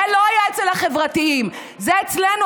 זה לא היה אצל החברתיים זה אצלנו,